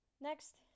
Next